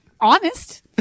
honest